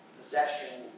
possession